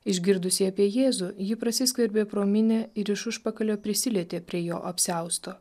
išgirdusi apie jėzų ji prasiskverbė pro minią ir iš užpakalio prisilietė prie jo apsiausto